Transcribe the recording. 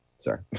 Sorry